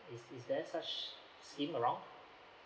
is is there such scheme around